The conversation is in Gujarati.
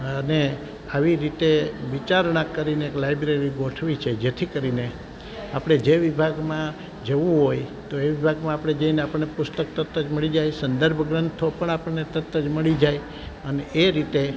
અને આવી રીતે વિચારણા કરીને એક લાઈબ્રેરી ગોઠવી છે જેથી કરીને આપણે જે વિભાગમાં જવું હોય તો એ વિભાગમાં આપણે જઈને આપણને પુસ્તક તરત જ મળી જાય સંદર્ભ ગ્રંથો પણ આપણને તરત જ મળી જાય અને એ રીતે